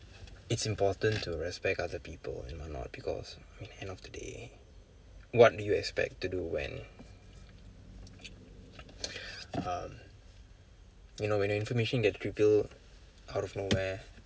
it's important to respect other people and what not because I mean end of the day what do you expect to do when um you know when your information get revealed out of nowhere